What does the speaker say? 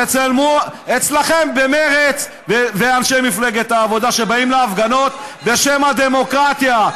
אצלכם במרצ ואנשי מפלגת העבודה שבאים להפגנות בשם הדמוקרטיה.